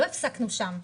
אבל לא הפסקנו שם,